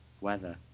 weather